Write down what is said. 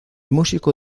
músico